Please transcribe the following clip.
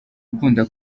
ukunda